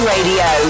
Radio